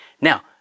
Now